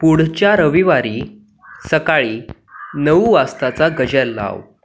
पुढच्या रविवारी सकाळी नऊ वाजताचा गजर लाव